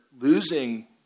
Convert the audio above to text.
losing